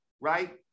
Right